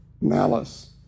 malice